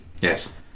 Yes